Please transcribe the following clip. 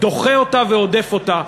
דוחה אותה והודף אותה.